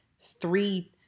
three